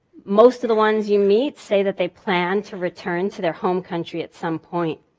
most of the ones you meet say that they plan to return to their home country at some point